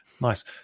Nice